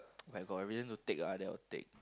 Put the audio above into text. I got a reason to take ah I never take